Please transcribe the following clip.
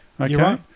okay